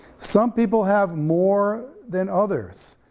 some people have more than others.